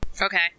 Okay